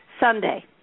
Sunday